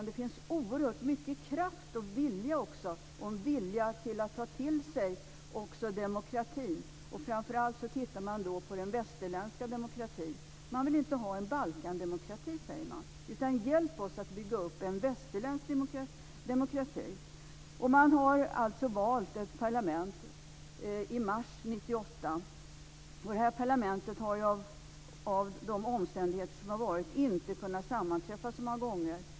Det finns ju också oerhört mycket kraft och en vilja att ta till sig demokratin. Framför allt tittar man på den västerländska demokratin. Man vill inte ha en Balkandemokrati. Hjälp oss att bygga upp en västerländsk demokrati! säger man. Ett parlament valdes i mars 1998. Detta parlament har på grund av de omständigheter som rått inte kunnat sammanträffa så många gånger.